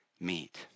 meet